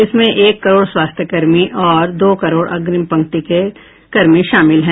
इसमें एक करोड़ स्वास्थ्यकर्मी और दो करोड़ अग्रिम पंक्ति के कर्मी शामिल हैं